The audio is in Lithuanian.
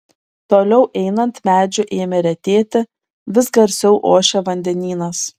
toliau einant medžių ėmė retėti vis garsiau ošė vandenynas